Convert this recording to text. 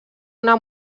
una